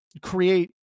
create